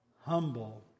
Humble